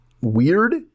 weird